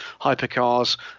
hypercars